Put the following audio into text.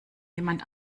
jemand